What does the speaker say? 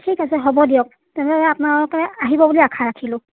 ঠিক আছে হ'ব দিয়ক তেনেহ'লে আপোনালোকে আহিব বুলি আশা ৰাখিলোঁ